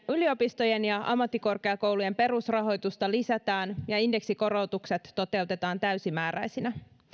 yliopistojen ja ammattikorkeakoulujen perusrahoitusta lisätään ja indeksikorotukset toteutetaan täysimääräisinä